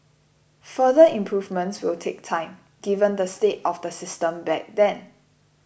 further improvements will take time given the state of the system back then